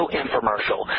infomercial